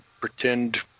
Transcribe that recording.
pretend